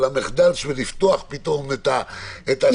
על המחדל של לפתוח את השמיים.